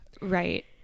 right